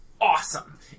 awesome